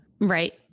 Right